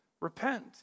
repent